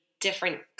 different